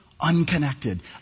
unconnected